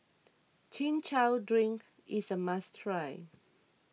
Chin Chow Drink is a must try